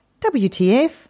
WTF